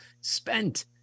spent